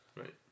Right